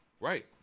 Right